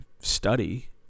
study